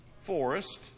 forest